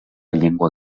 llengua